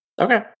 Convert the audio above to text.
Okay